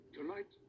Tonight